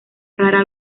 rara